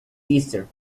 sister